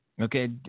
Okay